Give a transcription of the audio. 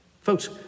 Folks